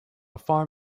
farm